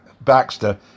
Baxter